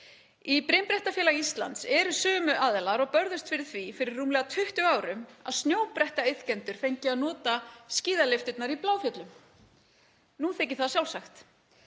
Í Brimbrettafélagi Íslands eru sömu aðilar og börðust fyrir því fyrir rúmlega 20 árum að snjóbrettaiðkendur fengju að nota skíðalyfturnar í Bláfjöllum. Nú þykir það sjálfsagt.